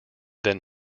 then